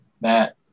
Matt